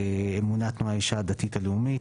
אמונה, תנועה, האישה הדתית הלאומית.